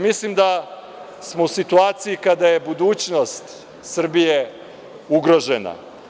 Mislim da smo u situaciji kada je budućnost Srbije ugrožena.